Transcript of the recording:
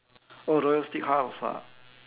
oh royal steakhouse ah